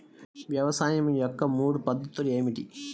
వ్యవసాయం యొక్క మూడు పద్ధతులు ఏమిటి?